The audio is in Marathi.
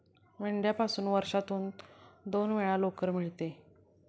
मेंढ्यापासून वर्षातून दोन वेळा लोकर मिळते